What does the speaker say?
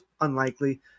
Unlikely